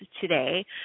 today